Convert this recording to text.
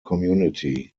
community